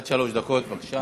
עד שלוש דקות, בבקשה.